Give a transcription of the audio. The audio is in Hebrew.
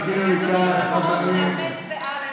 להביא לך כוס תה עם לימון?